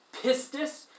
Pistis